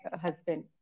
husband